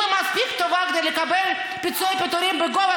אם היא מספיק טובה כדי לקבל פיצויי פיטורים בגובה